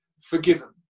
forgiven